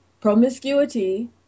promiscuity